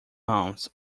months